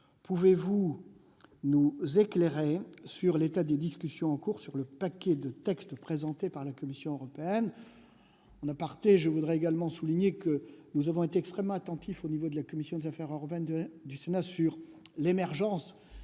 Pouvez-vous nous éclairer sur l'état des discussions en cours sur le paquet de textes présentés par la Commission européenne ?